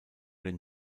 den